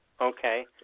okay